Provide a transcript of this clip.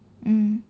mm